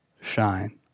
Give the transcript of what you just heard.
shine